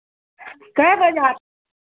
कै बजे आ